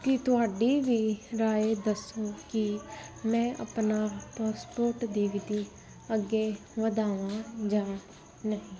ਕਿ ਤੁਹਾਡੀ ਵੀ ਰਾਏ ਦੱਸੋ ਕੀ ਮੈਂ ਆਪਣਾ ਪਾਸਪੋਟ ਦੀ ਅਵਧੀ ਅੱਗੇ ਵਧਾਵਾਂ ਜਾਂ ਨਹੀਂ